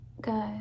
good